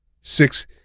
Six